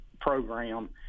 program